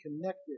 connected